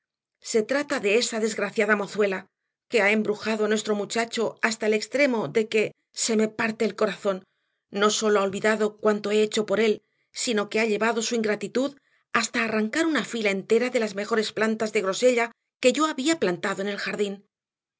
se trata de esa desgraciada mozuela que ha embrujado a nuestro muchacho hasta el extremo de que se me parte el corazón no sólo ha olvidado cuanto he hecho por él sino que ha llevado su ingratitud hasta arrancar una fila entera de las mejores plantas de grosella que yo había plantado en el jardín